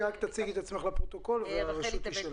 תציגי את עצמך לפרוטוקול ורשות הדיבור היא שלך.